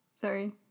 Sorry